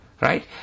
Right